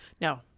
No